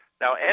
Now